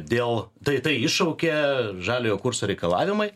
dėl tai tai iššaukė žaliojo kurso reikalavimai